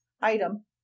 item